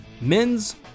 Men's